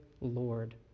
lord